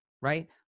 right